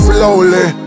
Slowly